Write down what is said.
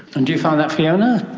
and do you find that, fiona?